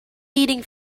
eating